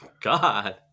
god